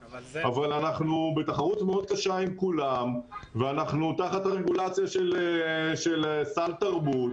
אבל אנחנו בתחרות מאוד קשה עם כולם ואנחנו תחת הרגולציה של סל תרבות,